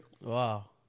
Wow